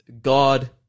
God